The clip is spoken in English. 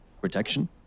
Protection